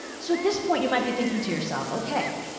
so at this point you might be thinking to yourself, okay,